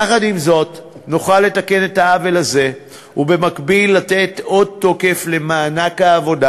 יחד עם זאת נוכל לתקן את העוול הזה ובמקביל לתת עוד תוקף למענק העבודה